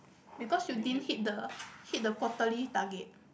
because you didn't hit the hit the quarterly target